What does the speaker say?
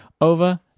over